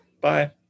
Bye